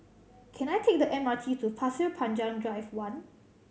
can I take the M R T to Pasir Panjang Drive One